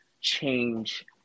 change